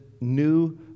new